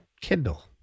Kindle